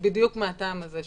בדיוק מהטעם הזה,